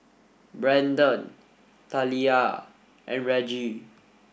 Branden Taliyah and Reggie